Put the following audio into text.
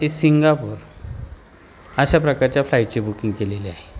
ते सिंगापूर अशा प्रकारच्या फ्लाईटची बुकिंग केलेली आहे